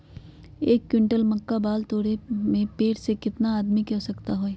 एक क्विंटल मक्का बाल तोरे में पेड़ से केतना आदमी के आवश्कता होई?